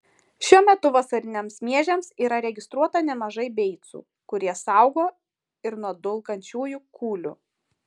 šiuo metu vasariniams miežiams yra registruota nemažai beicų kurie saugo ir nuo dulkančiųjų kūlių